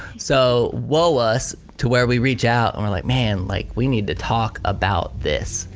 so whoa us to where we reach out and we're like, man, like we need to talk about this.